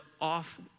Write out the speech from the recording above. off